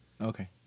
Okay